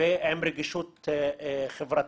ועם רגישות חברתית.